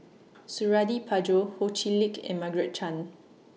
Suradi Parjo Ho Chee Lick and Margaret Chan